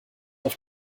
auf